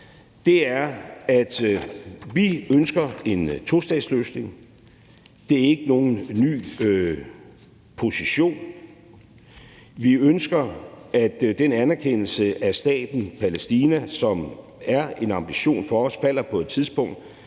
er, at vi ønsker en tostatsløsning. Det er ikke nogen ny position. Vi ønsker, at den anerkendelse af staten Palæstina, som er en ambition for os, falder på et tidspunkt,